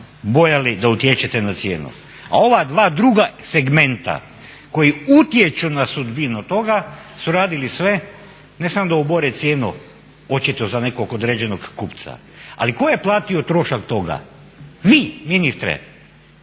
bojali da utječe na cijenu. A ova dva druga segmenta koji utječu na sudbinu toga su radili sve ne samo da obore cijenu očito za nekog određenog kupca, ali tko je platio trošak toga? Vi ministre,